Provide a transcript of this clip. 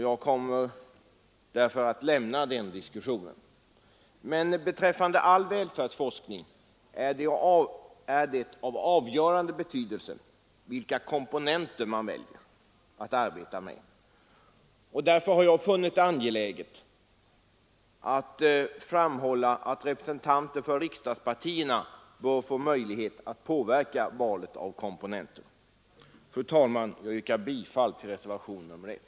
Jag lämnar därför den diskussionen därhän. Beträffande all välfärdsforskning är det emellertid av avgörande betydelse vilka komponenter man väljer att arbeta med. Därför har jag funnit det angeläget att framhålla att representanter för riksdagspartierna bör få möjlighet att påverka valet av komponenter. Fru talman! Jag yrkar bifall till reservationen 1.